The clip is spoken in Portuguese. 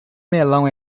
melão